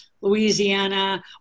louisiana